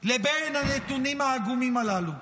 לבין הנתונים העגומים הללו?